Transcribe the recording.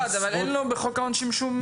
אבל בחוק העונשין אין לו שום דבר.